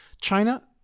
China